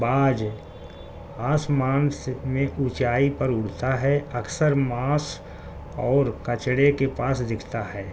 باج آسمانس میں اونچائی پر اڑھتا ہے اکثر ماس اور کچڑے کے پاس دکھتا ہے